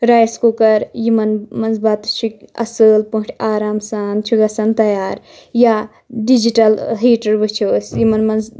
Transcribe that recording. rice cooker یِمَن منٛز بَتہٕ چھ اصل پٲٹھۍ آرام سان چھ گژھان تَیار یا ڈِجٹَل ہیٖٹر وٕچھو أسۍ یِمَن منٛز